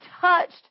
touched